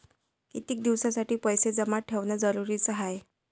कितीक दिसासाठी पैसे जमा ठेवणं जरुरीच हाय?